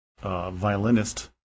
violinist